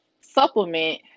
supplement